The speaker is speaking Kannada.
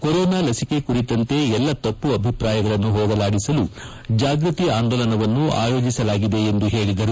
ಕೊರೊನಾ ಲಸಿಕೆ ಕುರಿತಂತೆ ಎಲ್ಲಾ ತಮ್ನ ಅಭಿಪ್ರಾಯಗಳನ್ನು ಹೋಗಲಾಡಿಸಲು ಜಾಗೃತಿ ಆಂದೋಲನವನ್ನು ಆಯೋಜಿಸಲಾಗಿದೆ ಎಂದು ಹೇಳಿದರು